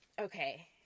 okay